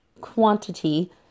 quantity